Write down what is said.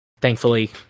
Thankfully